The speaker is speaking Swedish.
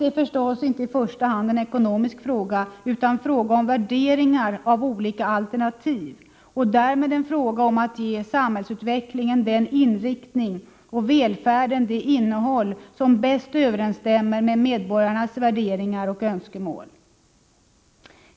I första hand är valet förstås inte en ekonomisk fråga utan en fråga om värderingar av olika alternativ, och därmed en fråga om att ge samhällsutvecklingen den inriktning och välfärden det innehåll som bäst överensstämmer med medborgarnas värderingar och önskemål.